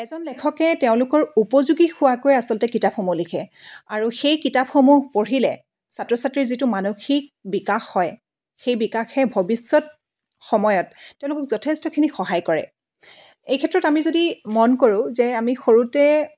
এজন লেখকে তেওঁলোকৰ উপযোগী হোৱাকৈ আচলতে কিতাপসমূহ লিখে আৰু সেই কিতাপসমূহ পঢ়িলে ছাত্ৰ ছাত্ৰীৰ যিটো মানসিক বিকাশ হয় সেই বিকাশে ভৱিষ্যত সময়ত তেওঁলোকক যথেষ্টখিনি সহায় কৰে এই ক্ষেত্ৰত আমি যদি মন কৰোঁ যে আমি সৰুতে